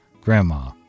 Grandma